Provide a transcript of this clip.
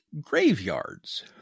graveyards